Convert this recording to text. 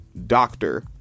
doctor